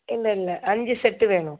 இல்லை இல்லை அஞ்சு செட்டு வேணும்